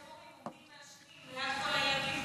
במערכות החינוך זה מאוד חשוב: יש הורים שמעשנים ליד כל הילדים,